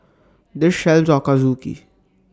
This sells Ochazuke